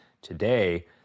today